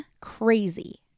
Crazy